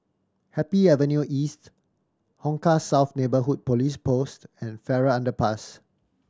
Happy Avenue East Hong Kah South Neighbourhood Police Post and Farrer Underpass